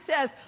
says